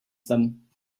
them